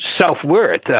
self-worth